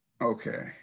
Okay